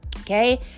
okay